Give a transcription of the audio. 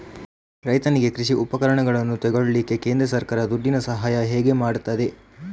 ರೈತನಿಗೆ ಕೃಷಿ ಉಪಕರಣಗಳನ್ನು ತೆಗೊಳ್ಳಿಕ್ಕೆ ಕೇಂದ್ರ ಸರ್ಕಾರ ದುಡ್ಡಿನ ಸಹಾಯ ಹೇಗೆ ಮಾಡ್ತದೆ?